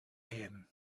him